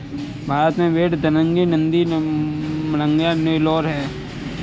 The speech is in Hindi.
भारत में भेड़ दक्कनी, गद्दी, मांड्या, नेलोर है